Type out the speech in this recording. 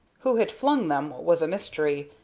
who had flung them was a mystery,